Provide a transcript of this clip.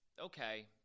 Okay